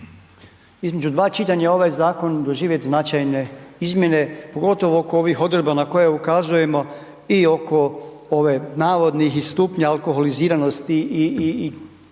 između dva čitanja ovaj zakon doživjeti značajne izmjene pogotovo oko ovih odredba na koje ukazujemo i oko ove navodnih i stupnja alkoholiziranosti i nadam se